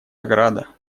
ограда